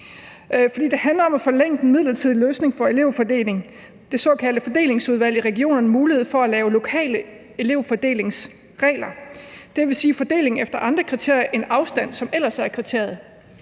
Det handler om at forlænge den midlertidige løsning for elevfordeling, altså det såkaldte fordelingsudvalg i regionernes mulighed for at lave lokale elevfordelingsregler, og det vil sige fordeling efter andre kriterier end afstand, som ellers er kriteriet,